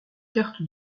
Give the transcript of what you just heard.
cartes